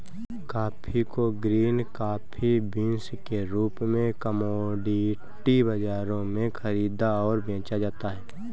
coffee को green coffee beans के रूप में कॉमोडिटी बाजारों में खरीदा और बेचा जाता है